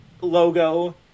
logo